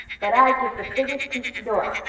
but i give the biggest piece to dora.